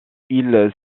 ils